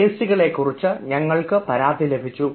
ഏസികളെക്കുറിച്ച് ഞങ്ങൾക്ക് പരാതികൾ ലഭിച്ചു